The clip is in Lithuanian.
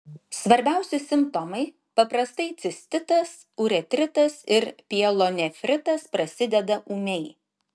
svarbiausi simptomai paprastai cistitas uretritas ir pielonefritas prasideda ūmiai